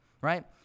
right